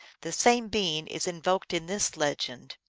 the same being is invoked in this legend.